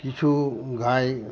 কিছু গাই